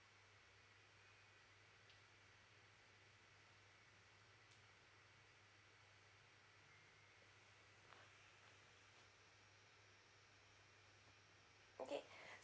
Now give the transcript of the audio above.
okay